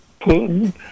Putin